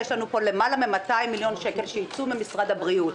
יש לנו פה למעלה מ-200 מיליון שקל שייצאו ממשרד הבריאות.